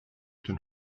den